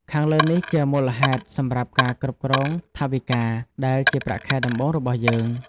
ខាងលើនេះជាមូលហេតុសម្រាប់ការគ្រប់គ្រងថវិកា ដែលជាប្រាក់ខែដំបូងរបស់យើង។